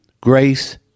grace